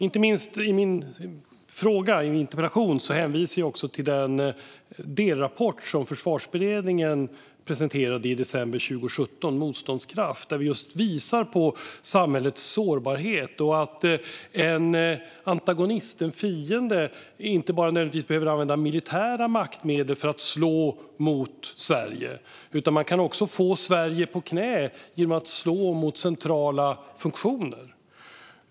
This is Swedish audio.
I min interpellation hänvisar jag till den delrapport, Motståndskraft , som Försvarsberedningen presenterade i december i december 2017, där vi just visar på samhällets sårbarhet och att en antagonist, en fiende, inte nödvändigtvis behöver använda bara militära maktmedel för att slå mot Sverige. Man kan också få Sverige på knä genom att slå mot centrala funktioner.